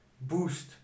boost